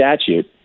statute